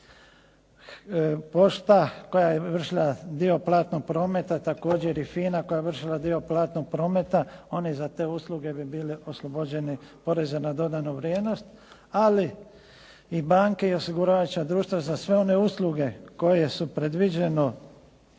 pošta koja je vršila dio platnog prometa također i FINA koja je vršila dio platnog prometa one za te usluge bi bili oslobođeni poreza na dodanu vrijednosti. Ali i banke i osiguravajuća društva za sve one usluge koje su predviđene